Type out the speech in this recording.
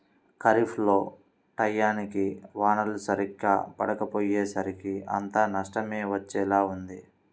ఖరీఫ్ లో టైయ్యానికి వానలు సరిగ్గా పడకపొయ్యేసరికి అంతా నష్టమే వచ్చేలా ఉంది